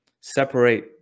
separate